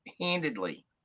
handedly